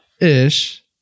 ish